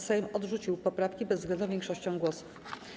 Sejm odrzucił poprawki bezwzględną większością głosów.